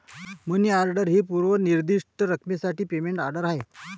मनी order ही पूर्व निर्दिष्ट रकमेसाठी पेमेंट ऑर्डर आहे